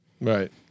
Right